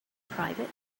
private